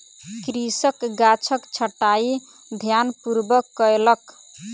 कृषक गाछक छंटाई ध्यानपूर्वक कयलक